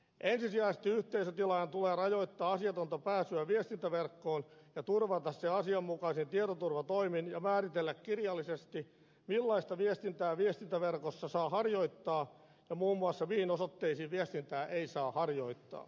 ensisijaisesti yhteisötilaajan tulee rajoittaa asiatonta pääsyä viestintäverkkoon ja turvata se asianmukaisin tietoturvatoimin ja määritellä kirjallisesti millaista viestintää viestintäverkossa saa harjoittaa ja muun muassa mihin osoitteisiin viestintää ei saa harjoittaa